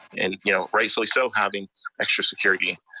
and you know rightfully so having extra security.